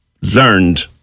learned